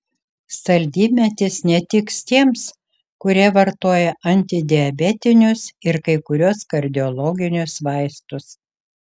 saldymedis netiks tiems kurie vartoja antidiabetinius ir kai kuriuos kardiologinius vaistus